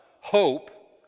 hope